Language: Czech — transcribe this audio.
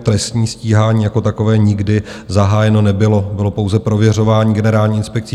Trestní stíhání jako takové nikdy zahájeno nebylo, bylo pouze prověřování Generální inspekcí.